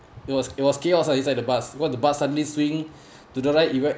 it was it was chaos inside the bus because the bus suddenly swing to the right